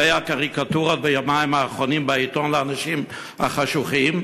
ראה הקריקטורות ביומיים האחרונים בעיתון לאנשים החשוכים,